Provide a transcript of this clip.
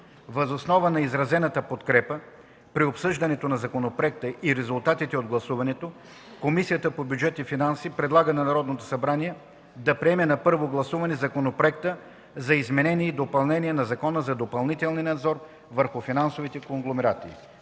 Въз основа на изразената подкрепа при обсъждането на законопроекта и резултатите от гласуването Комисията по бюджет и финанси предлага на Народното събрание да приеме на първо гласуване Законопроекта за изменение и допълнение на Закона за допълнителния надзор върху финансовите конгломерати.”